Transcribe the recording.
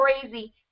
crazy